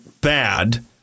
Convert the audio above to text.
bad